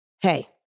Hey